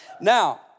Now